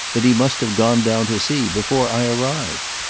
that he must have gone down to see before i arrived.